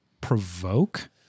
provoke